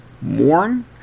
mourn